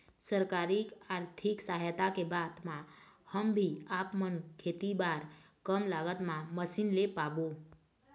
सरकारी आरथिक सहायता के बाद मा हम भी आपमन खेती बार कम लागत मा मशीन ले पाबो?